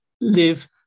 live